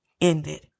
ended